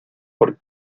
por